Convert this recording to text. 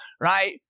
right